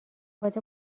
خانواده